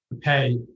pay